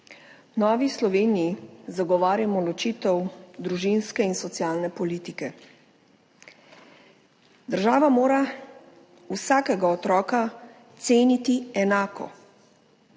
V Novi Sloveniji zagovarjamo ločitev družinske in socialne politike. Država mora vsakega otroka ceniti enako.